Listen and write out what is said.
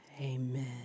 Amen